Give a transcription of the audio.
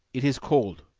it is cold,